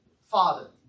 father